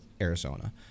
arizona